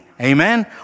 Amen